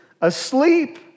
asleep